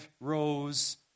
rose